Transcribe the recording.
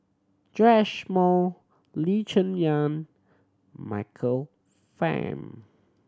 Joash Moo Lee Cheng Yan Michael Fam